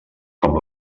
com